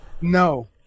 no